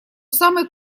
самой